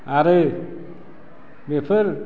आरो बेफोर